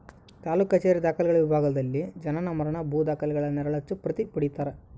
ತಾಲೂಕು ಕಛೇರಿಯ ದಾಖಲೆಗಳ ವಿಭಾಗದಲ್ಲಿ ಜನನ ಮರಣ ಭೂ ದಾಖಲೆಗಳ ನೆರಳಚ್ಚು ಪ್ರತಿ ಪಡೀತರ